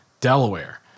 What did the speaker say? Delaware